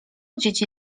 dzieci